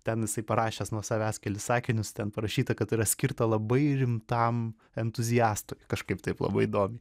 ten jisai parašęs nuo savęs kelis sakinius ten parašyta kad tai yra skirta labai rimtam entuziastui kažkaip taip labai įdomiai